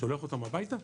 שולח אותם הביתה?